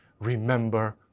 remember